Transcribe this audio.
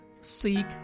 seek